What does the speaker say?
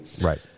Right